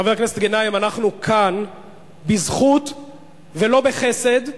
חבר הכנסת גנאים, אנחנו כאן בזכות ולא בחסד,